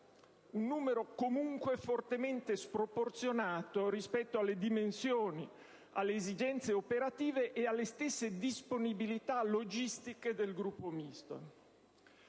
un numero comunque fortemente sproporzionato rispetto alle dimensioni, alle esigenze operative e alle disponibilità logistiche dello stesso Gruppo Misto.